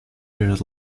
years